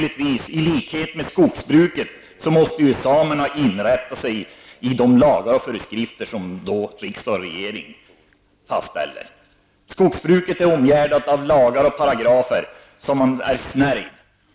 I likhet med skogsbrukets företrädare måste samerna rätta sig efter de lagar och föreskrifter som riksdag och regering fastställer. Skogsbruket är omgärdat av lagar och paragrafer, så att man är snärjd.